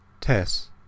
Tess